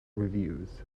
reviews